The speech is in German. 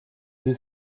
sie